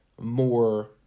more